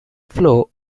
flow